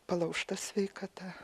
palaužta sveikata